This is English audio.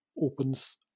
opens